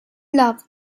love